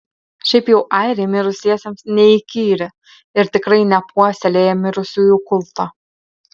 šiaip jau airiai mirusiesiems neįkyri ir tikrai nepuoselėja mirusiųjų kulto